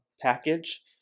package